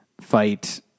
fight